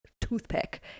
toothpick